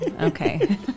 Okay